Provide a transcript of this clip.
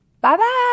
Bye-bye